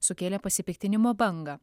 sukėlė pasipiktinimo bangą